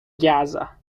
gaza